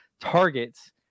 targets